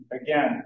again